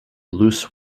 loose